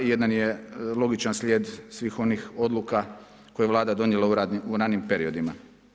Jedan je logičan slijed svih onih odluka koje je Vlada donijela u ranim periodima.